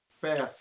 fast